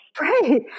Right